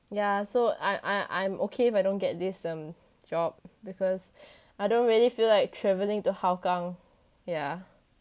ya so I I I'm okay if I don't get this um job because I don't really feel like travelling to hougang yeah